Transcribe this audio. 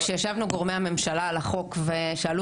כשישבנו גורמי הממשלה על החוק ושאלו